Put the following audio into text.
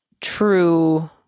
true